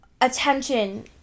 attention